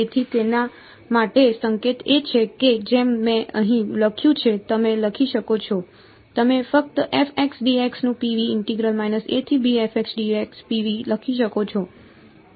તેથી તેના માટે સંકેત એ છે કે જેમ મેં અહીં લખ્યું છે તમે લખી શકો છો તમે ફક્ત f x dx નું PV લખી શકો છો